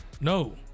No